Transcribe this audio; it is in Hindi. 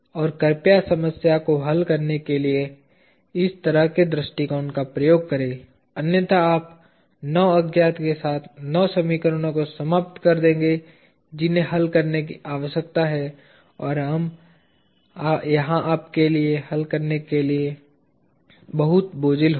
और कृपया समस्या को हल करने के लिए इस तरह के दृष्टिकोण का उपयोग करें अन्यथा आप 9 अज्ञात के साथ 9 समीकरणों को समाप्त कर देंगे जिन्हें हल करने की आवश्यकता है और यह आपके लिए हल करने के लिए बहुत बोझिल होगा